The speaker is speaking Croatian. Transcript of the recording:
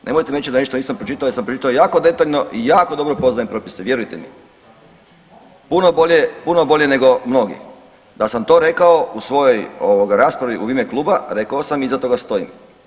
Nemojte reći da ništa nisam pročitao jer sam pročitao jako detaljno i jako dobro poznajem propise, vjerujte mi, puno bolje, puno bolje nego mnogi, da sam to rekao u svojoj ovoga raspravi u ime kluba rekao sam i iza toga stojim.